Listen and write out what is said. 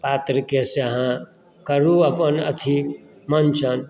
पात्रके से अहाँ करू अपन अथी मञ्चन